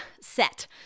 set